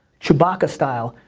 chewbacca style,